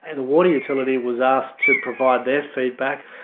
and the water utility was asked to provide their feedback,